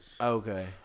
Okay